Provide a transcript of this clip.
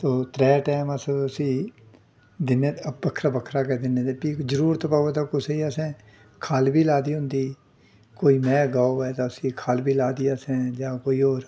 ते त्रै टैम अस उस्सी दिन्नें बक्खरा बक्खरा गै दिन्नें ते जरूरत पौग तां कुसै गी असें खल बी ला दी होंदी कोई मैंह् गौ ऐ तां उस्सी खल बी ला दी असें जां कोई होर